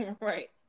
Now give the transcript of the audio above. right